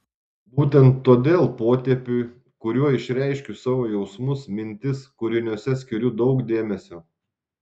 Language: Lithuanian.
būtent todėl potėpiui kuriuo išreiškiu savo jausmus mintis kūriniuose skiriu daug dėmesio